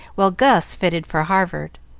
while gus fitted for harvard.